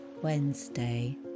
Wednesday